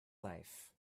life